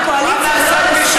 מה נעשה בלי, מה נעשה?